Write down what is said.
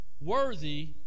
worthy